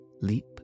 leap